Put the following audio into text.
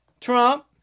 Trump